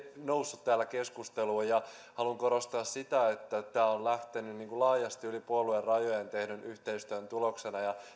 noussut täällä keskusteluun haluan korostaa sitä että tämä on lähtenyt laajasti yli puoluerajojen tehdyn yhteistyön tuloksena ja